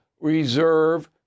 reserve